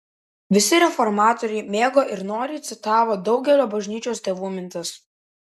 visi reformatoriai mėgo ir noriai citavo daugelio bažnyčios tėvų mintis